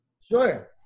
Sure